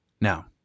Now